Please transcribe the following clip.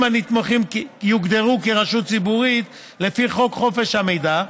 הנתמכים יוגדרו כרשות ציבורית לפי חוק חופש המידע,